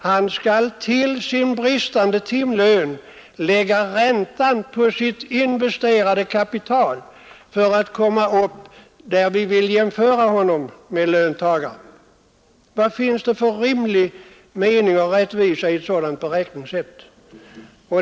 Han måste till sin låga timlön lägga räntan på sitt investerade kapital och kommer först då upp i ett inkomstläge där herr Persson vill jämföra honom med löntagaren. Vad finns det för rimlig mening och rättvisa i ett sådant beräkningssätt?